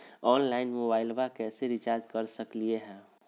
Online मोबाइलबा कैसे recharge कर सकलिए है?